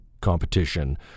competition